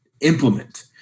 implement